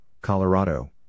Colorado